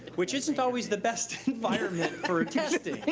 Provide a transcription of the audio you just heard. which isn't always the best environment for testing.